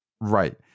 Right